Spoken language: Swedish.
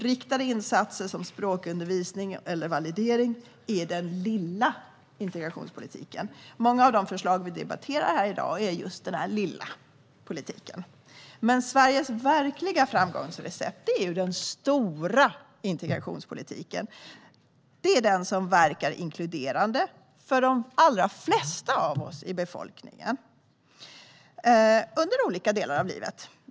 Riktade insatser som språkundervisning eller validering är den "lilla" integrationspolitiken, och många av de förslag vi debatterar här i dag ingår i just den "lilla" politiken. Men Sveriges verkliga framgångsrecept är den "stora" integrationspolitiken. Det är den som verkar inkluderande för de allra flesta i befolkningen under olika delar av livet.